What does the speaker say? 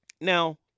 Now